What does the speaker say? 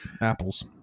Apples